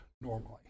normally